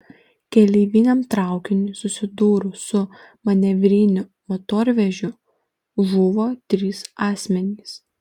keleiviniam traukiniui susidūrus su manevriniu motorvežiu žuvo trys asmenys